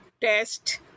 test